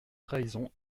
trahison